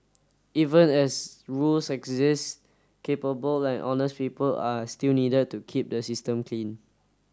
even as rules exist capable and honest people are still needed to keep the system clean